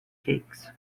cakes